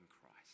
Christ